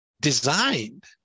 designed